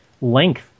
length